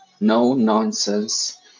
no-nonsense